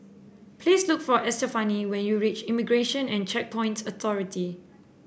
please look for Estefani when you reach Immigration and Checkpoints Authority